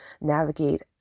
navigate